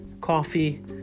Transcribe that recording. coffee